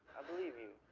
believe you,